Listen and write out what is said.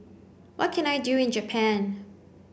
what can I do in Japan